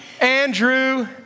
Andrew